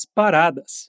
paradas